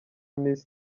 miss